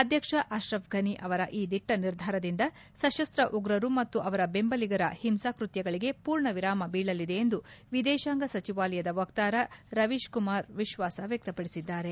ಅದ್ವಕ್ಷ ಆಪ್ರಫ್ ಗನಿ ಅವರ ಈ ದಿಟ್ಟ ನಿರ್ಧಾರದಿಂದ ಸಶಸ್ತ್ರ ಉಗ್ರರು ಮತ್ತು ಅವರ ಬೆಂಬಲಿಗರ ಹಿಂಸಾಕೃತ್ತಗಳಿಗೆ ಪೂರ್ಣ ವಿರಾಮ ಬೀಳಲಿದೆ ಎಂದು ವಿದೇಶಾಂಗ ಸಚಿವಾಲಯದ ವಕ್ತಾರ ರವೀಶ್ ಕುಮಾರ್ ವಿಶ್ವಾಸ ವ್ಯಕ್ತಪಡಿಸಿದ್ದಾರೆ